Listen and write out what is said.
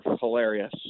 hilarious